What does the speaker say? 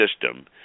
system